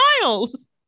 miles